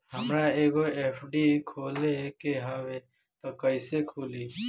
हमरा एगो एफ.डी खोले के हवे त कैसे खुली?